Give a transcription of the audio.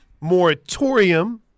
moratorium